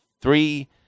three